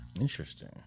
Interesting